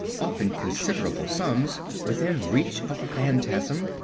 often considerable sums, within reach of the phantasm,